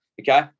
Okay